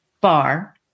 bar